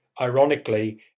ironically